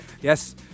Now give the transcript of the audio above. Yes